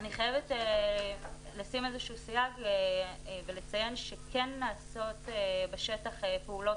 אני חייבת לשים איזה שהוא סייג ולציין שכן נעשות בשטח פעולות